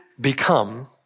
become